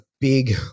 big